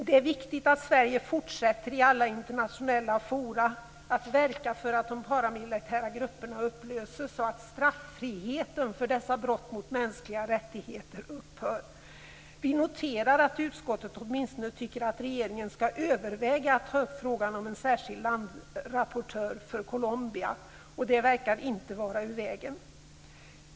Det är viktigt att Sverige i alla internationella forum fortsätter att verka för att de paramilitära grupperna upplöses och att straffriheten för dessa brott mot mänskliga rättigheter upphör. Vi noterar att utskottet åtminstone tycker att regeringen skall överväga att ta upp frågan om en särskild landrapportör för Colombia, och det verkar inte vara ur vägen.